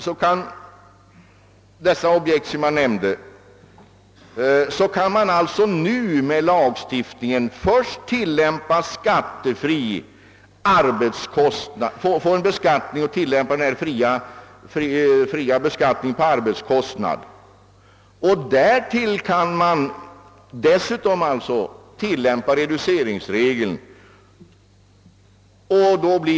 På det sätt jag tidigare beskrev kan man först tillämpa bestämmelserna om skattefri arbetskostnad och därtill tilllämpa reduceringsregeln.